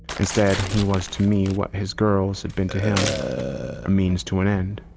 instead he was to me what his girls had been to him a means to an end.